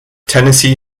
tennessee